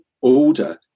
order